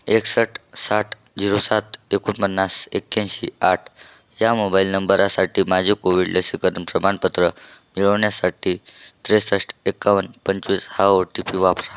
एकसष्ट साठ झिरो सात एकोणपन्नास एक्याऐंशी आठ या मोबाईल नंबरसाठी माझे कोविड लसीकरण प्रमाणपत्र मिळवण्यासाठी त्रेसष्ट एक्कावन्न पंचवीस हा ओ टी पी वापरा